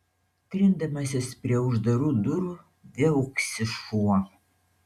trindamasis prie uždarų durų viauksi šuo